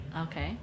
Okay